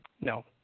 No